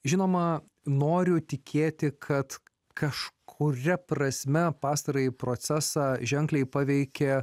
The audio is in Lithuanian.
žinoma noriu tikėti kad kažkuria prasme pastarąjį procesą ženkliai paveikė